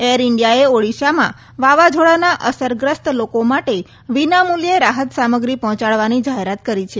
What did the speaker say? air ઇન્ડિયાએ ઓડિશામાં વાવાઝોડાના અસરગ્રસ્ત લોકો માટે વિનામૂલ્યે રાહત સામગ્રી પહોંચાડવાની જાહેરાત કરી છે